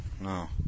no